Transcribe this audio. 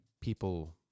people